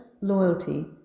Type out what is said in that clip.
loyalty